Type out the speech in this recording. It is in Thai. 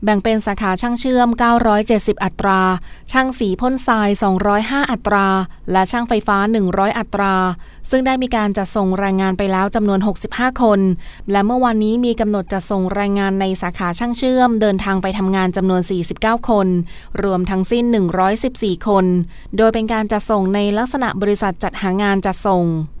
แบ่งเป็นสาขาช่างเชื่อม 970 อัตรา ช่างสีพ่นทราย 205 อัตรา และช่างไฟฟ้า 100 อัตรา ซึ่งได้มีการจัดส่งแรงงานไปแล้วจำนวน 65 คน และเมื่อวานนี้มีกำหนดจะส่งแรงงานในสาขาช่างเชื่อมเดินทางไปทำงานจำนวน 49 คน รวมทั้งสิ้น 114 คน โดยเป็นการจัดส่งในลักษณะบริษัทจัดหางานจัดส่ง